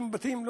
70 בתים.